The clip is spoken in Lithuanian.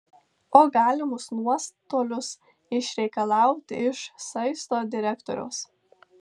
o galimus nuostolius išreikalauti iš saisto direktoriaus